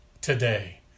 today